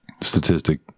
statistic